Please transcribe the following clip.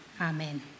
Amen